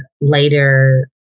later